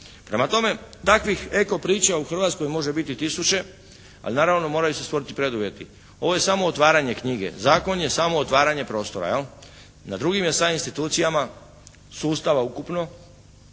Prema tome, takvih eko priča u Hrvatskoj može biti tisuće. Ali naravno moraju se stvoriti preduvjeti. Ovo je samo otvaranje knjige. Zakon je samo otvaranje prostora. Na drugim je sad institucijama sustava ukupno